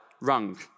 rung